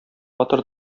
батыр